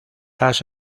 las